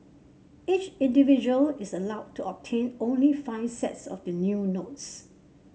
each individual is allowed to obtain only five sets of the new notes